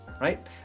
right